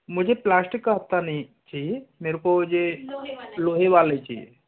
मुझे प्लास्टिक का हत्था नहीं चाहिए मुझे यह लोहे वाला ही चाहिए